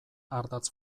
ardatz